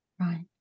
Right